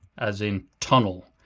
as in tunnel.